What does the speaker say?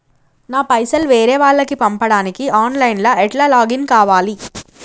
నా పైసల్ వేరే వాళ్లకి పంపడానికి ఆన్ లైన్ లా ఎట్ల లాగిన్ కావాలి?